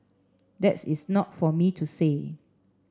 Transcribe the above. that is not for me to say